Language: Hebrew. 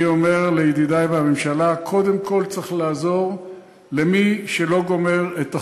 אני אומר לידידי מהממשלה: קודם כול צריך לעזור למי שלא גומר את החודש,